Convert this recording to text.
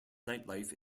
nightlife